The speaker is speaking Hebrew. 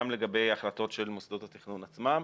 גם לגבי החלטות של מוסדות התכנון עצמם.